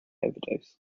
overdose